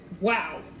Wow